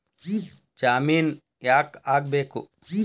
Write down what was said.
ಜಾಮಿನ್ ಯಾಕ್ ಆಗ್ಬೇಕು?